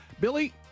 billy